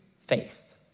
faith